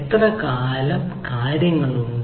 എത്ര കാലം കാര്യങ്ങൾ ഉണ്ട്